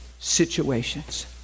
situations